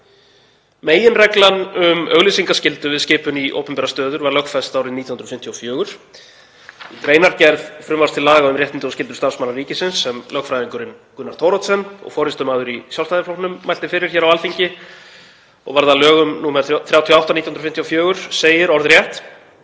Meginreglan um auglýsingaskyldu við skipun í opinberar stöður var lögfest árið 1954. Í greinargerð frumvarps til laga um réttindi og skyldur starfsmanna ríkisins sem lögfræðingurinn Gunnar Thoroddsen og forystumaður í Sjálfstæðisflokknum mælti fyrir hér á Alþingi og varð að lögum nr. 38/1954 segir orðrétt: